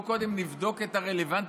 בוא קודם נבדוק את הרלוונטיות,